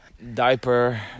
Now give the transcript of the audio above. diaper